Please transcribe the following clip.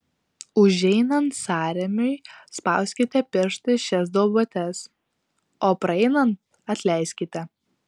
užeinant sąrėmiui spauskite pirštais šias duobutes o praeinant atleiskite